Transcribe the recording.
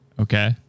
Okay